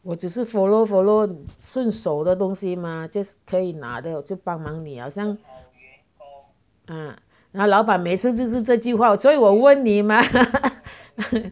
我只是 follow follow 顺手的东西吗 just 可以那的就帮忙你好像啊那老板每次就是这句话所以我问你吗